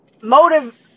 motive